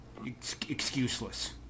excuseless